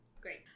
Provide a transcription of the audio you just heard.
Great